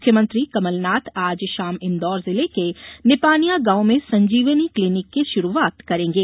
मुख्यमंत्री कमलनाथ आज षाम इंदौर जिले के निपानिया गांव में संजीवनी क्लीनिक की शुरूआत करेंगे